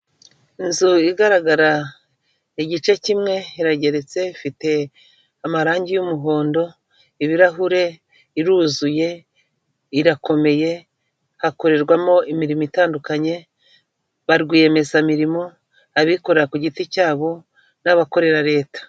Inzu igaragara igice kimwe, irageretse ifite amarangi y'umuhondo, ibirahure, iruzuye, irakomeye, hakorerwamo imirimo itandukanye, ba rwiyemezamirimo, abikorera ku giti cyabo n'abakorera leta.